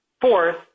Fourth